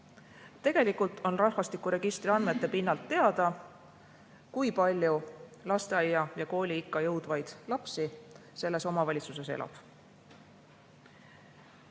Tegelikult on rahvastikuregistri järgi teada, kui palju lasteaia- ja kooliikka jõudvaid lapsi selles omavalitsuses elab.